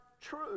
true